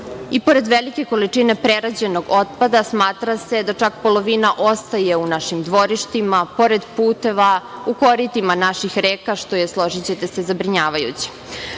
i pored velike količine prerađenog otpada smatra se da čak polovina ostaje u našim dvorištima, pored puteva, u koritima naših reka što je složićete se zabrinjavajuće. Posmatrano